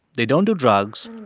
they don't do drugs.